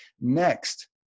Next